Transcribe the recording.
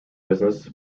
business